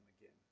again